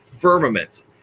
firmament